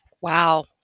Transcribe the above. Wow